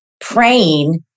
praying